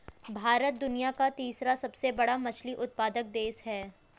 भारत दुनिया का तीसरा सबसे बड़ा मछली उत्पादक देश है